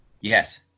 yes